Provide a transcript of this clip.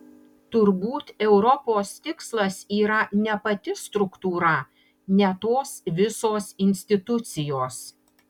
turbūt europos tikslas yra ne pati struktūra ne tos visos institucijos